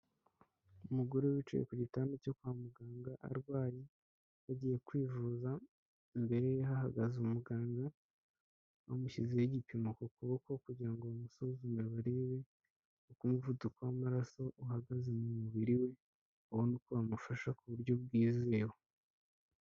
Umugore wicaye ku gitanda cyo kwa muganga arwaye yagiye kwivuza, imbere ye hahagaze umuganga bamushyizeho igipimo ku kuboko kugira ngo bamusuzume barebe uko umuvuduko w'amaraso uhagaze mu mubiri we, babone uko bamufasha ku buryo bwizewe.